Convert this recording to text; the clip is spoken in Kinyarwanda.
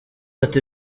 ati